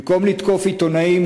במקום לתקוף עיתונאים,